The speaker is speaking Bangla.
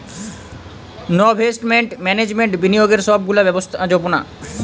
নভেস্টমেন্ট ম্যানেজমেন্ট বিনিয়োগের সব গুলা ব্যবস্থাপোনা